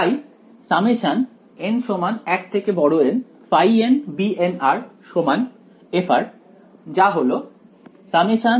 তাই nbn f যা হলো ntn